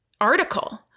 article